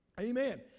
Amen